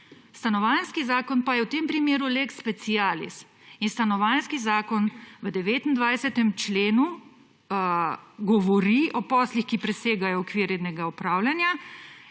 Stanovanjski zakon pa je v tem primeru lex specialis. In stanovanjski zakon v 29. členu govori o poslih, ki presegajo okvir rednega upravljanja